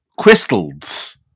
crystals